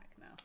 now